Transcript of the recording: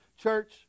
Church